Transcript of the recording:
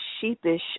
sheepish